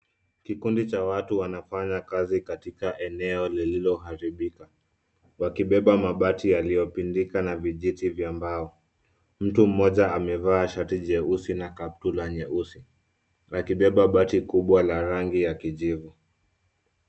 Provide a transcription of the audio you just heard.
Kikundi cha watu wanafanya kazi katika eneo lililoharibika, wakibeba mabati yaliyopililika na vijiti vya mbao. Mtu mmoja amevaa shati jeusi na kaptula nyeusi akibeba bati kubwa la rangi ya kijivu.